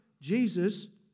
Jesus